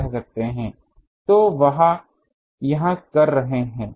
तो वहाँ यह कर रहे हैं